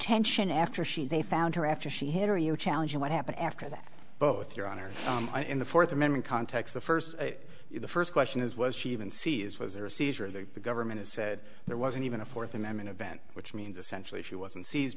detention after she they found her after she hit are you challenging what happened after that both your honor in the fourth amendment context the first the first question is was she even sees was there a seizure the government has said there wasn't even a fourth amendment event which means essentially she wasn't se